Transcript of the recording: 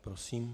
Prosím.